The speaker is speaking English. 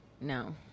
No